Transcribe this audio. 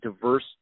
diverse